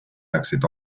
läksid